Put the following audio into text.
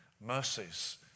mercies